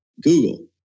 Google